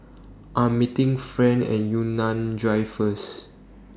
I Am meeting Fran At Yunnan Drive First